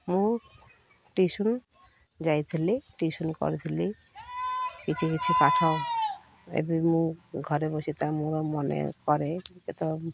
ମୁଁ ଟ୍ୟୁସନ୍ ଯାଇଥିଲି ଟ୍ୟୁସନ୍ କରିଥିଲି କିଛି କିଛି ପାଠ ଏବେ ମୁଁ ଘରେ ବସିି ତା ମୋର ମନେ କରେ କେତେବେଳେ